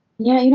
yeah, you know,